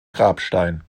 grabstein